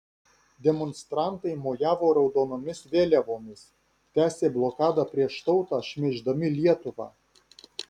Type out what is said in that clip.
demonstrantai mojavo raudonomis vėliavomis tęsė blokadą prieš tautą šmeiždami lietuvą